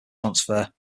transfer